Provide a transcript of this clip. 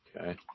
Okay